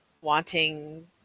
wanting